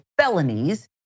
felonies